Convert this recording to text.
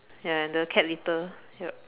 ya and the cat litter ya